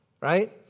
right